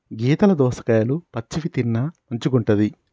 గీతల దోసకాయలు పచ్చివి తిన్న మంచిగుంటది